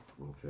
Okay